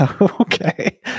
Okay